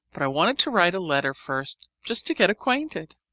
but i wanted to write a letter first just to get acquainted.